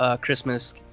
Christmas